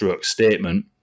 statement